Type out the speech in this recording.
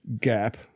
gap